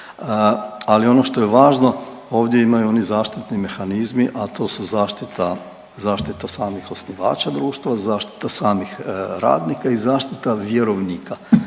ali ono što je važno ovdje imaju oni zaštitni mehanizmi, a to su zaštita, zaštita samih osnivača društva, zaštita samih radnika i zaštita vjerovnika